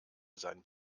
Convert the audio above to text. sein